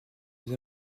plus